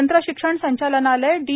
तंत्रशिक्षण संचालनालय डी